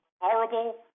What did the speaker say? horrible